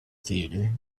theatre